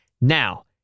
Now